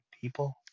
people